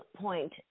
point